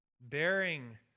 Bearing